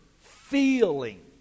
feeling